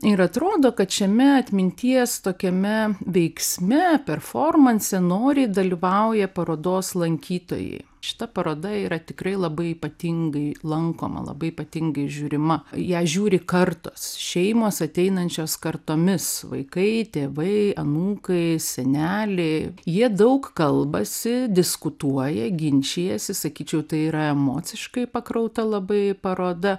ir atrodo kad šiame atminties tokiame veiksme performanse noriai dalyvauja parodos lankytojai šita paroda yra tikrai labai ypatingai lankoma labai ypatingai žiūrima ją žiūri kartos šeimos ateinančios kartomis vaikai tėvai anūkai seneliai jie daug kalbasi diskutuoja ginčijasi sakyčiau tai yra emociškai pakrauta labai paroda